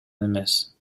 эмес